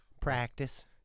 Practice